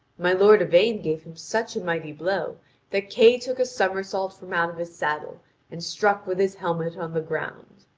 my lord yvain gave him such a mighty blow that kay took a summersault from out of his saddle and struck with his helmet on the ground.